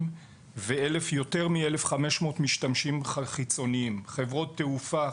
ויותר מ-1,500 משתמשים חיצוניים: חברות תעופה,